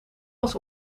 was